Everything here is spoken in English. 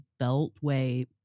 Beltway